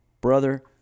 Brother